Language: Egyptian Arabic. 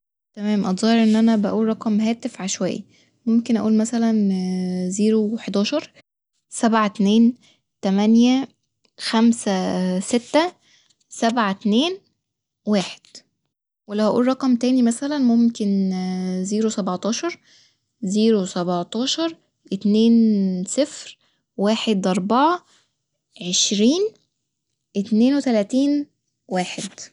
تمام أتظاهر إن أنا بقول رقم هاتف عشوائي ممكن أقول مثلا زيرو حداشر سبعة اتنين تمانية خمسة ستة سبعة اتنين واحد ولو هقول رقم تاني مثلا ممكن زيرو سبعتاشر زيرو سبعتاشر اتنين صفر واحد أربعة عشرين اتنين وتلاتين واحد